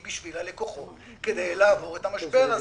בשביל הלקוחות כדי לעבור את המשבר הזה,